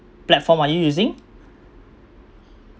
platform are you using